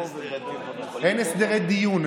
אין הסדרי דיון.